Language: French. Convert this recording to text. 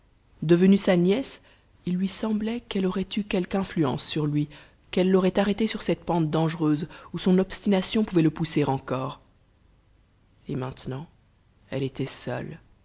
devenue sa nièce il lui semblait qu'elle aurait eu quelque influence sur lui qu'elle l'aurait arrêté sur cette pente dangereuse où son obstination pouvait le pousser encore et maintenant elle était seule